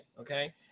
Okay